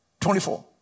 24